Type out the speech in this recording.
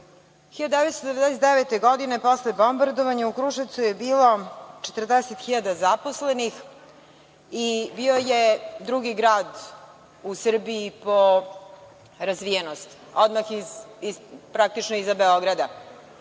1999. posle bombardovanja u Kruševcu je bilo 40 hiljada zaposlenih i bio je drugi grad u Srbiji po razvijenosti, odmah praktično iza Beograda.